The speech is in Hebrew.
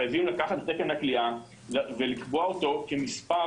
חייבים לקחת את תקן הכליאה ולקבוע אותו כמספר